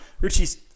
Richie's